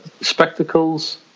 Spectacles